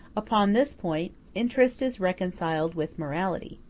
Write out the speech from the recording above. upon this point, interest is reconciled with morality.